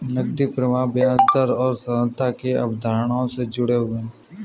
नकदी प्रवाह ब्याज दर और तरलता की अवधारणाओं से जुड़े हुए हैं